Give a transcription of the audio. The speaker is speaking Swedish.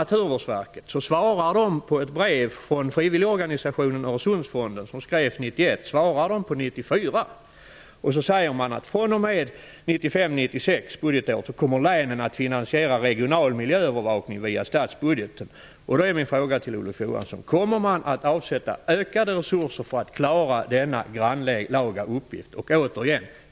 Naturvårdsverket svarar på ett brev från 1991 av frivilligorganisationerna och Öresundsfonden först 1994. Man säger: fr.o.m. budgetåret 1995/96 kommer länen att finansiera regional miljöförvaltning via statsbudgeten. Då är min fråga till Olof Johansson: Kommer man att avsätta ökade resurser för att klara denna grannlaga uppgift?